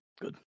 Good